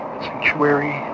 Sanctuary